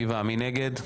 7 נגד,